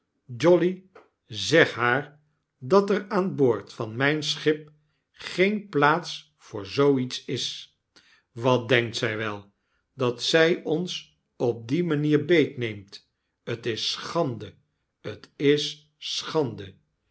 jolly zeg haar dat er aan boord van myn schip geen plaats voor zoo iets is wat denkt zy wel dat zy ons op die manier beetneemtl'tls schande tis schande